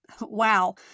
wow